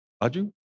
Aju